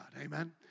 Amen